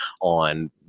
on